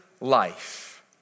life